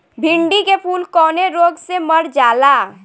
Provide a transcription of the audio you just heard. भिन्डी के फूल कौने रोग से मर जाला?